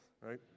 right